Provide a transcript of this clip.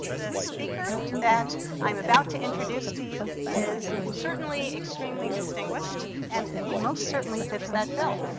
the speaker that i'm about to introduce to you is certainly extremely distinguished and he most certainly fits that belt.